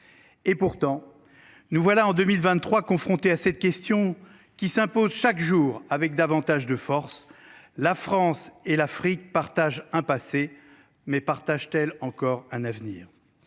Et pourtant nous voilà en 2023, confronté à cette question qui s'impose chaque jour avec davantage de force. La France et l'Afrique partagent un passé mais partage-t-elle encore un avenir.